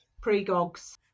Pre-GOGS